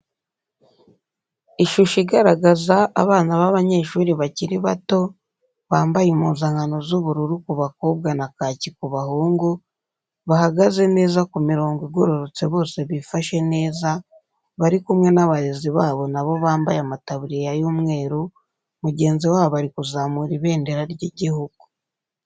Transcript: Ishusho igaragaza abana b'abanyeshuri bakiri bato, bambaye impuzankano z'ubururu ku bakobwa na kaki ku bahungu, bahagaze neza ku mirongo igororotse bose bifashe neza, bari kumwe n'abarezi babo na bo bambaye amataburiya y'umweru mugenzi wabo ari kuzamura ibendera ry'igihugu.